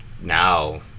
now